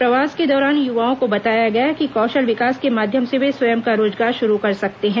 प्रवास के दौरान युवाओं को बताया गया कि कौशल विकास के माध्यम से वे स्वयं का रोजगार शुरू कर सकते हैं